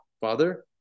Father